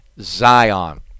Zion